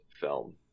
film